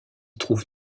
trouve